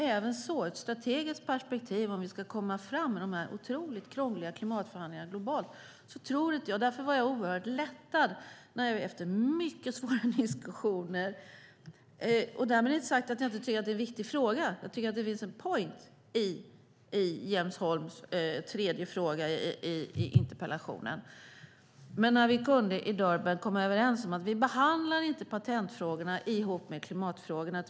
Även i ett strategiskt perspektiv, om vi ska komma fram i de otroligt krångliga klimatförhandlingarna globalt, tror jag inte på detta. Därmed inte sagt att jag inte tycker att det är en viktig fråga. Jag tycker att det finns en poäng i Jens Holms tredje fråga i interpellationen. Därför var jag oerhört lättad när vi efter mycket svåra diskussioner i Durban kunde komma överens om att vi inte behandlar patentfrågorna ihop med klimatfrågorna.